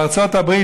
בארצות הברית,